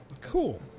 cool